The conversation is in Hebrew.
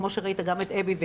כמו שראית גם את יוסי.